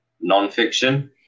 non-fiction